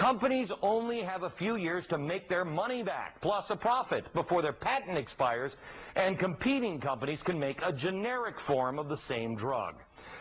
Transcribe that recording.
companies only have a few years to make their money back plus a profit before their patent expires and competing companies can make a generic form of the same drug